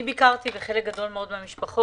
אני ביקרתי בחלק גדול מהמשפחות.